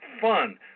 fun